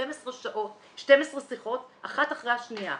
12 שיחות אחת אחרי השנייה".